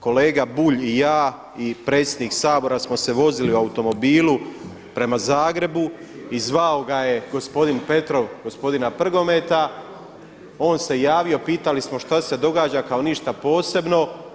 Kolega Bulj i ja i predsjednik Sabora smo se vozili u automobilu prema Zagrebu i zvao ga je gospodin Petrov, gospodina Prgometa, on se javio, pitali smo šta se događa, kao ništa posebno.